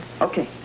Okay